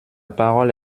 parole